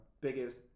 biggest